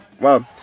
wow